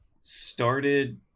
started